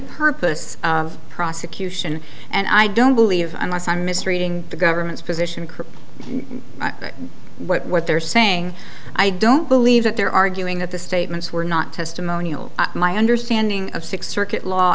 purpose of prosecution and i don't believe unless i'm misreading the government's position what they're saying i don't believe that they're arguing that the statements were not testimonial my understanding of six circuit law